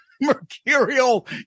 mercurial